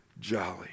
Jolly